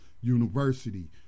University